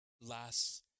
last